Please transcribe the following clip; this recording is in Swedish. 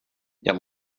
jag